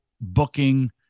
booking